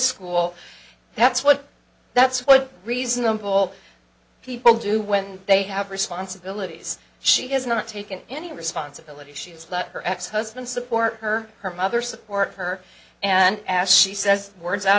school that's what that's what reasonable people do when they have responsibilities she has not taken any responsibility she's got her ex husband support her her mother support her and asked she says words out